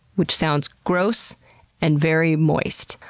which sounds gross and very moist.